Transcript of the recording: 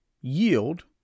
yield